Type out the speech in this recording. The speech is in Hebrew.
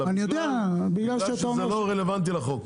אלא בגלל שזה לא רלוונטי לחוק.